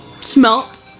smelt